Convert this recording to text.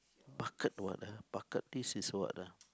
bucket what ah bucket list is what ah